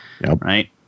right